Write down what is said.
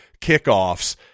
kickoffs